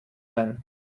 ein